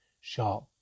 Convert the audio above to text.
sharp